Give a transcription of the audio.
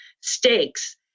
stakes